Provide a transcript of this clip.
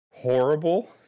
Horrible